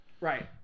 Right